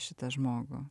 šitą žmogų